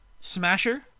Smasher